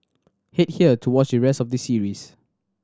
head here to watch the rest of the series